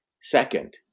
Second